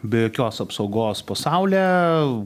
be jokios apsaugos po saule